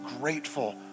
grateful